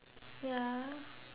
ya